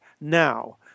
now